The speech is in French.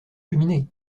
cheminée